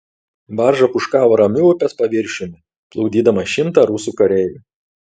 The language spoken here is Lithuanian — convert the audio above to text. barža pūškavo ramiu upės paviršiumi plukdydama šimtą rusų kareivių